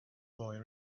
boy